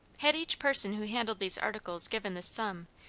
had each person who handled these articles given this sum,